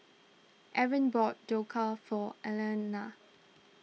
Arlen bought Dhokla for Elaina